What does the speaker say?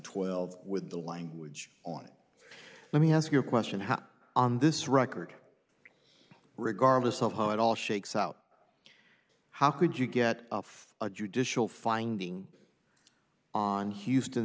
twelve with the language on it let me ask your question how on this record regardless of how it all shakes out how could you get off a judicial finding on houston